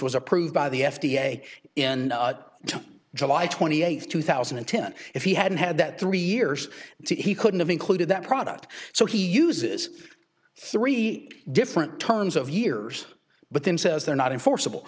was approved by the f d a in july twenty eighth two thousand and ten if he hadn't had that three years he couldn't have included that product so he uses three different turns of yours but then says they're not enforceable